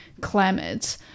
climate